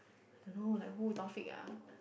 I don't know who like who Taufik ah